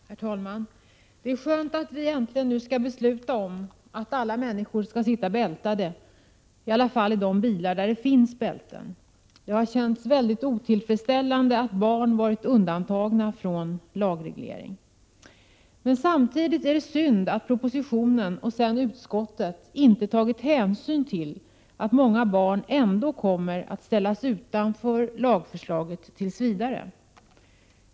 Herr talman! Det är skönt att vi nu äntligen skall besluta om att alla människor skall använda bilbälte i de bilar där det finns bälten. Det har känts mycket otillfredsställande att barn har varit undantagna från lagreglering. Men samtidigt är det synd att det i propositionen och sedan i utskottet inte har tagits hänsyn till att många barn ändå kommer att tills vidare ställas utanför lagförslaget.